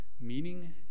meaning